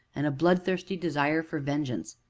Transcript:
and a bloodthirsty desire for vengeance.